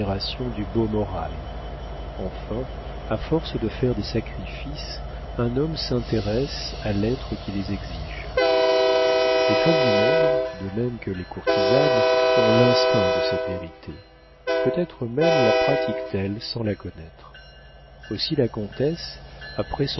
du beau moral enfin à force de faire des sacrifices un homme s'intéresse à l'être qui les exige les femmes du monde de même que les courtisanes ont l'instinct de cette vérité peut-être même la pratiquent elles sans la connaître aussi la comtesse